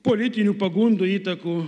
politinių pagundų įtakų